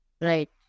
Right